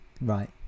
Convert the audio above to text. Right